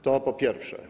To po pierwsze.